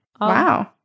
Wow